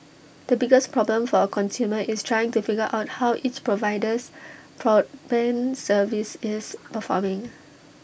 the biggest problem for A consumer is trying to figure out how each provider's broadband service is performing